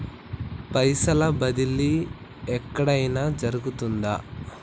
పైసల బదిలీ ఎక్కడయిన జరుగుతదా?